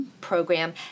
Program